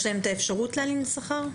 האפשרות להלין שכר?